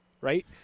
right